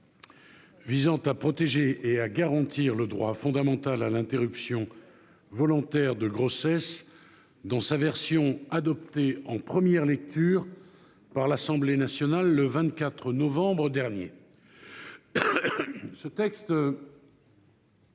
visant à protéger et garantir le droit fondamental à l'interruption volontaire de grossesse, l'IVG, dans sa version adoptée en première lecture par l'Assemblée nationale le 24 novembre dernier. Ce texte